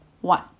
One